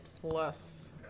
Plus